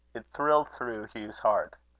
it thrilled through hugh's heart.